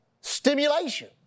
stimulation